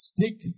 Stick